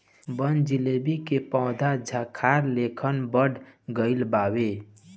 बनजीलेबी के पौधा झाखार लेखन बढ़ गइल बावे